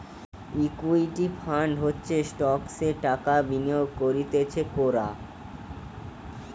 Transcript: equity fund হচ্ছে স্টকসে টাকা বিনিয়োগ করতিছে কোরা